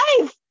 life